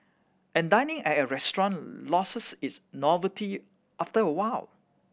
and dining at a restaurant loses its novelty after a while